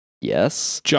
yes